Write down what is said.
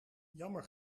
jammer